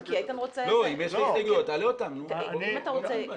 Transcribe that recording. כי איתן רוצה --- אם יש לך הסתייגויות,